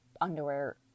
underwear